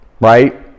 Right